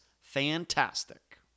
fantastic